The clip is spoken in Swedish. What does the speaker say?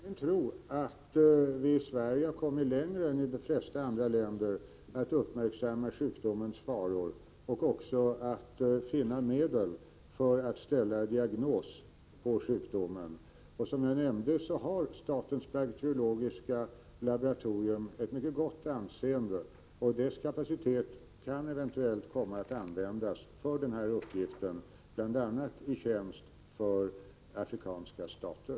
Herr talman! Det är min tro att vi i Sverige har kommit längre än man har gjort i de flesta andra länder när det gäller att uppmärksamma den här sjukdomens faror och också när det gäller att finna medel för att ställa diagnos på sjukdomen. Som jag nämnde har statens bakteriologiska laboratorium ett mycket gott anseende, och laboratoriets kapacitet kan eventuellt komma att användas för den här uppgiften, bl.a. med tanke på afrikanska stater.